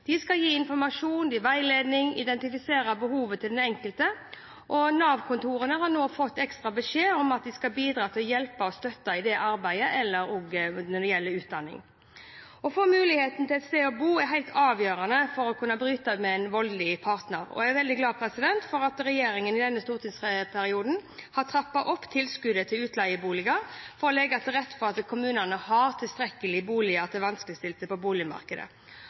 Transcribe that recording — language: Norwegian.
De skal gi informasjon og veiledning og identifisere den enkeltes behov. Nav-kontorene har nå fått ekstra beskjed om at de skal bidra med hjelp og støtte til arbeid eller utdanning. Å få muligheten til å bo et annet sted er helt avgjørende for å kunne bryte med en voldelig partner. Jeg er veldig glad for at regjeringen i denne stortingsperioden har trappet opp tilskuddet til utleieboliger for å legge til rette for at kommunene har tilstrekkelig med boliger til vanskeligstilte på boligmarkedet.